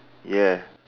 ya